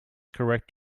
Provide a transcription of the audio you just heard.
correct